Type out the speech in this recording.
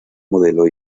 modelo